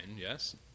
yes